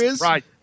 Right